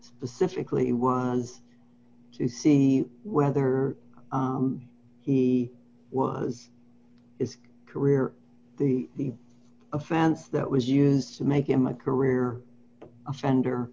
specifically as to see whether he was is a career the offense that was used to make him a career offender